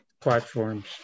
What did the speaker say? platforms